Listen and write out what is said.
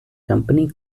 company